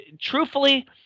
Truthfully